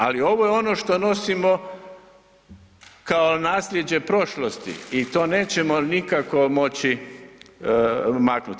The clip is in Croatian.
Ali ovo je ono što nosimo kao nasljeđe prošlosti i to nećemo nikako moći maknuti.